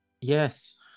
Yes